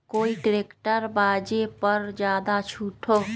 कोइ ट्रैक्टर बा जे पर ज्यादा छूट हो?